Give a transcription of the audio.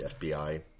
FBI